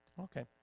Okay